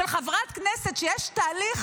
של חברת כנסת שיש הליך